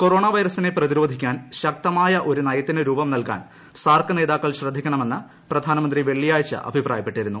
corona വൈറസിനെ പ്രതിരോധിക്കാൻ ശക്തമായ ഒരു നയത്തിന് രൂപം നൽകാൻ സാർക്ക് നേതാക്കൾ ശ്രദ്ധിക്കണമെന്ന് പ്രധാനമന്ത്രി വെള്ളിയാഴ്ച അഭിപ്രായപ്പെട്ടിരുന്നു